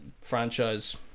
franchise